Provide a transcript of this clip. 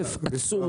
יש כבר חברה להפעלה?